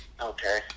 Okay